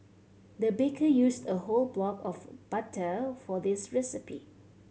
the baker used a whole block of butter for this recipe